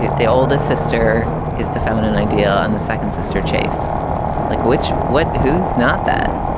the the older sister is the feminine idea. and the second sister chafes like witch. what? who's not that?